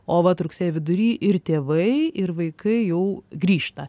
o vat rugsėjo vidury ir tėvai ir vaikai jau grįžta